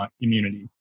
immunity